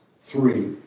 three